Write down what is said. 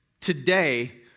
today